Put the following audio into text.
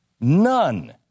None